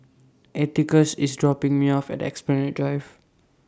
Atticus IS dropping Me off At Esplanade Drive